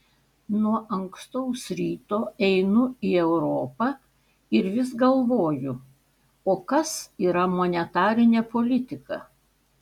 nuo ankstaus ryto einu į europą ir vis galvoju o kas yra monetarinė politika